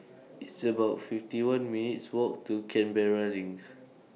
It's about fifty one minutes' Walk to Canberra LINK